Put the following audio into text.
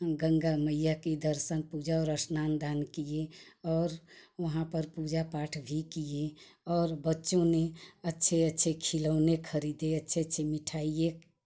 गंगा मैया की दर्शन पूजा और स्नान ध्यान किए और वहाँ पर पूजा पाठ भी किए और बच्चों ने अच्छे अच्छे खिलौने खरीदे अच्छी अच्छी मिठाइयाँ